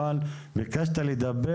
אבל ביקשת לדבר.